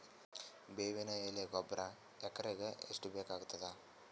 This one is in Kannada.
ಬೇವಿನ ಎಲೆ ಗೊಬರಾ ಎಕರೆಗ್ ಎಷ್ಟು ಬೇಕಗತಾದ?